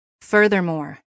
Furthermore